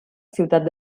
ciutat